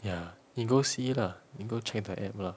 ya you go see lah you go check the app lah